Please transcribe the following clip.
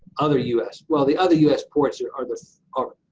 other u s, well the other u s. ports are are the are